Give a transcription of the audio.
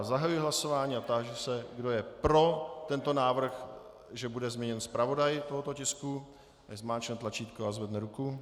Zahajuji hlasování a táži se, kdo je pro tento návrh, že bude změněn zpravodaj tohoto tisku, nechť zmáčkne tlačítko a zvedne ruku.